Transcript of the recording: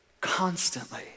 Constantly